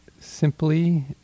simply